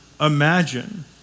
imagine